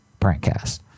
Prankcast